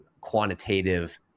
quantitative